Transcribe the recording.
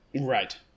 Right